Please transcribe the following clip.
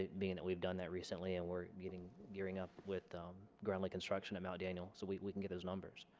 being that we've done that recently and we're getting gearing up with grunley construction at mount daniel so we can get those numbers